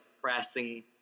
pressing